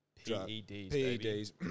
PEDs